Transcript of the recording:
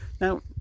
Now